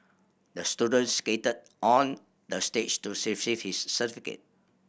the student skated on the stage to receive his certificate